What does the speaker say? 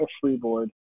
freeboard